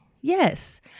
Yes